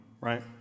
right